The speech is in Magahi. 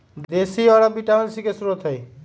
देशी औरा विटामिन सी के स्रोत हई